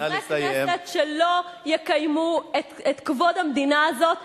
חברי הכנסת שלא יקיימו את כבוד המדינה הזאת,